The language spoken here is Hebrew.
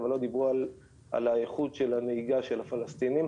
אבל לא דיברו על איכות הנהיגה של הפלסטינים.